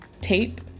tape